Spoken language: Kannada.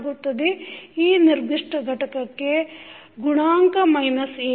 ಈ ನಿರ್ದಿಷ್ಟ ಘಟಕಕ್ಕೆ ಗುಣಾಂಕ ಮೈನಸ್ a1